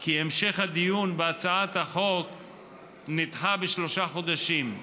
כי המשך הדיון בהצעת החוק נדחה בשלושה חודשים.